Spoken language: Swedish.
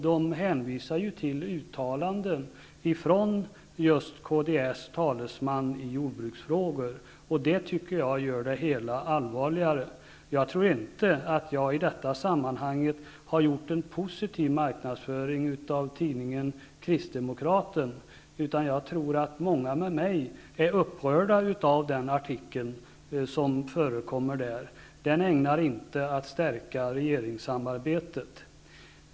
De hänvisar ju till uttalanden ifrån just kds talesman i jordbruksfrågor. Det tycker jag gör det hela allvarligare. Jag tror inte att jag i detta sammanhang har gjort en positiv marknadsförning av tidningen Kristdemokraten. Jag tror i stället att många med mig är upprörda över den artikel som förekommer där. Den är inte ägnad att stärka regeringssamarbetet.